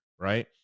right